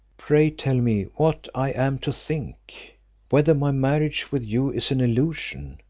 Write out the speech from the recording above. pray tell me what i am to think whether my marriage with you is an illusion,